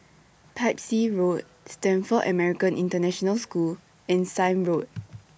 Pepys Road Stamford American International School and Sime Road